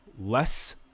less